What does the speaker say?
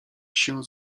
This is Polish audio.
się